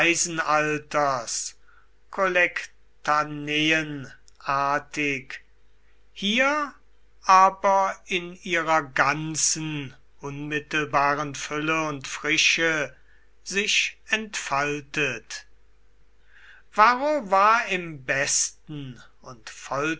greisenalters kollektaneenartig hier aber in ihrer ganzen unmittelbaren fülle und frische sich entfaltet varro war im besten und